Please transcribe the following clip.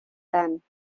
tant